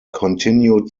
continued